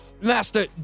Master